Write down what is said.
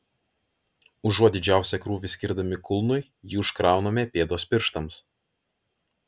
užuot didžiausią krūvį skirdami kulnui jį užkrauname pėdos pirštams